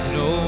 no